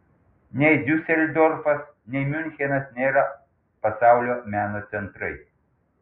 nei diuseldorfas nei miunchenas nėra pasaulio meno centrai